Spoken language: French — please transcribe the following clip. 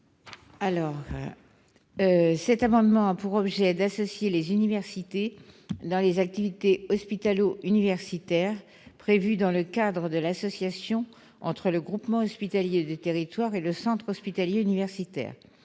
Cet amendement a pour objet d'associer les universités aux activités hospitalo-universitaires prévues dans le cadre de l'association entre le groupement hospitalier de territoire et le centre hospitalier universitaire.